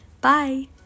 Bye